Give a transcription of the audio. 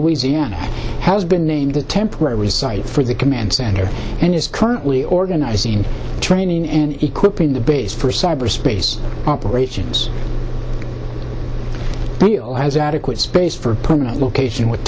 louisiana has been named the temporary site for the command center and is currently organizing training and equipping the base for cyber space operations has adequate space for a permanent location w